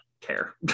care